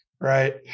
right